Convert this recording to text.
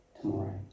tomorrow